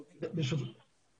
בבקשה, תמשיך.